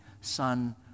son